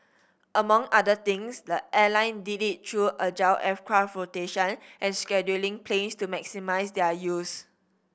among other things the airline did it through agile aircraft rotation and scheduling planes to maximise their use